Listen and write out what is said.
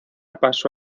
pasó